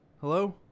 hello